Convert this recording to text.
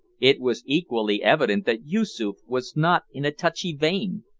it was equally evident that yoosoof was not in a touchy vein,